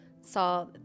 saw